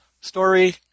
Story